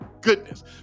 goodness